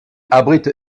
abrite